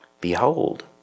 Behold